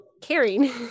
caring